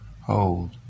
Hold